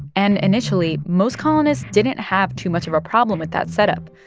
and initially, most colonists didn't have too much of a problem with that setup.